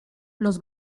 los